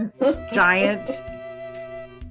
giant